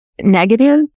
negative